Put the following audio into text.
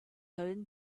own